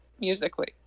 musically